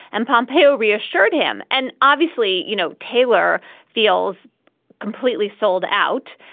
and pompeo reassured him. and obviously you know taylor feels completely sold out.